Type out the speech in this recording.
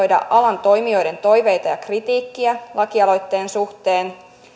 ja huomioida alan toimijoiden toiveita ja kritiikkiä lakialoitteen suhteen